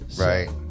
Right